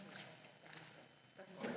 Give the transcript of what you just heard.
Hvala